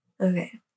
Okay